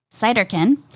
Ciderkin